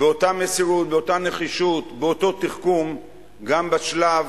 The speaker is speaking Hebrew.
באותה מסירות, באותה נחישות, באותו תחכום, גם בשלב